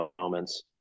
moments